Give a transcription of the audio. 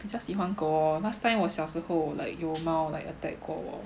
我 just 喜欢狗 last time 我小时候 like 有猫 attack 过我